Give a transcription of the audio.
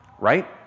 right